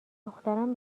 دخترم